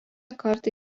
kartą